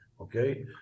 okay